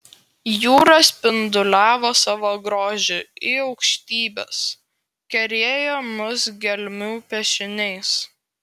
jūra spinduliavo savo grožį į aukštybes kerėjo mus gelmių piešiniais